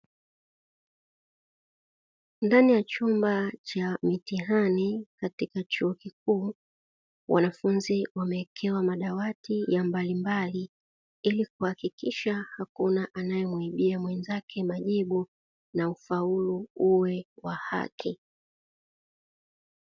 Ndani ya chumba cha mitihani katika chuo kikuu, wanafunzi wamewekewa madawati mbalimbali ili kuhakikisha hakuna anayemuibia mwenzake majibu, na ufaulu uwe wa haki.